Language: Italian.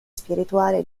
spirituale